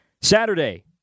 Saturday